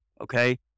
okay